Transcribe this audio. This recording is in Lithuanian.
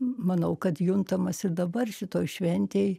manau kad juntamas ir dabar šitoj šventėj